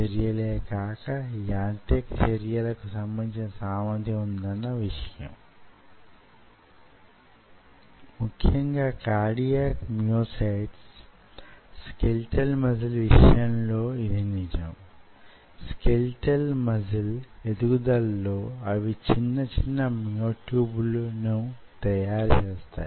కీలుబందు వద్ద ఈ వూగిసలాడే శక్తిని చూడవచ్చు అది ఎంతవరకు ముందుకు వెనుకకు సాగగలదో వొక నిర్మాణం యొక్క దృఢత్వం మీద కానీ మందం మీద కానీ లేక ఆ నిర్మాణం ఎంత పలచగా వున్నది అన్న దాని మీద ఆధార పడుతుంది